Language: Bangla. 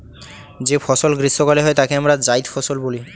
যে ফসল গ্রীস্মকালে হয় তাকে আমরা জাইদ ফসল বলি